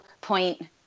point